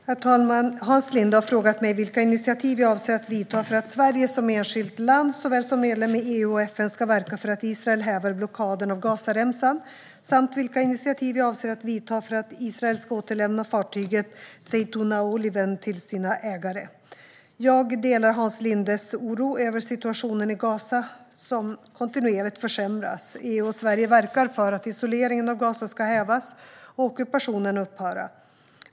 Herr talman! Hans Linde har frågat mig vilka initiativ jag avser att ta för att Sverige som enskilt land såväl som medlem i EU och FN ska verka för att Israel häver blockaden av Gazaremsan samt vilka initiativ jag avser att ta för att Israel ska återlämna fartyget Zaytouna-Oliven till dess ägare. Jag delar Hans Lindes oro över situationen i Gaza, som kontinuerligt försämras. EU och Sverige verkar för att isoleringen av Gaza ska hävas och ockupationen upphöra.